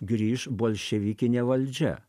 grįš bolševikinė valdžia